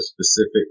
specific